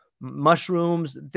mushrooms